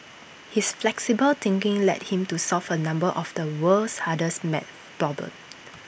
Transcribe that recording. his flexible thinking led him to solve A number of the world's hardest math problems